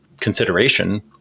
consideration